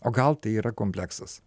o gal tai yra kompleksas